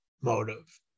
motive